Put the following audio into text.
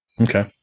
Okay